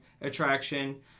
attraction